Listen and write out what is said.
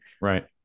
right